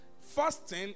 fasting